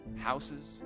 houses